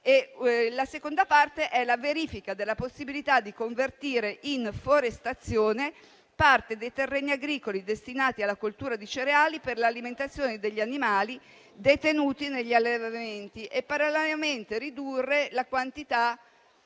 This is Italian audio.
La seconda parte riguarda la verifica della possibilità di convertire in forestazione parte dei terreni agricoli destinati alla coltura di cereali per l'alimentazione degli animali detenuti negli allevamenti e, parallelamente, per ridurre la quantità di impianti